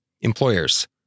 Employers